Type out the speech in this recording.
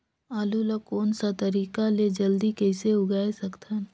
आलू ला कोन सा तरीका ले जल्दी कइसे उगाय सकथन?